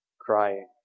crying